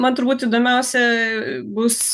man turbūt įdomiausia bus